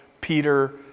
Peter